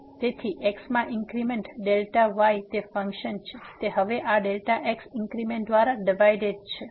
તેથી x માં increment y તે ફંક્શન છે તે હવે આ x ઇન્ક્રીમેન્ટ દ્વારા ડિવાઈડેડ છે